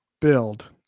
build